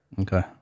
Okay